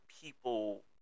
people